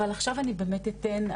אבל עכשיו אני באמת אתן,